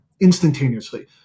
instantaneously